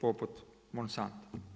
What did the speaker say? poput Monsana.